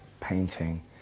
painting